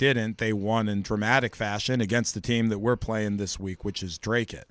didn't they won in dramatic fashion against the team that we're playing this week which is draycott